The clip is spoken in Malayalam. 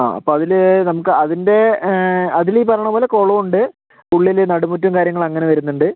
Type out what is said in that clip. ആ അപ്പോൾ അതില് നമുക്ക് അതിൻ്റെ അതിൽ ഈ പറയുന്ന പോലെ കുളമുണ്ട് ഉള്ളില് നടുമുറ്റം കാര്യങ്ങള് അങ്ങനെ വരുന്നുണ്ട്